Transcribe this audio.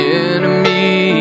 enemy